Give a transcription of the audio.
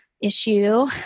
issue